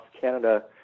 Canada